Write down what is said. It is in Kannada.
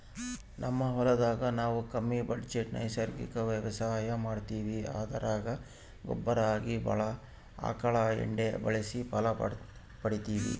ನಮ್ ಹೊಲದಾಗ ನಾವು ಕಮ್ಮಿ ಬಜೆಟ್ ನೈಸರ್ಗಿಕ ವ್ಯವಸಾಯ ಮಾಡ್ತೀವಿ ಅದರಾಗ ಗೊಬ್ಬರ ಆಗಿ ಆಕಳ ಎಂಡೆ ಬಳಸಿ ಫಲ ಪಡಿತಿವಿ